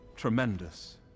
Tremendous